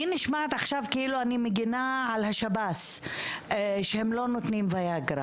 אני נשמעת עכשיו כאילו אני מגנה על השב"ס שהם לא נותנים ויאגרה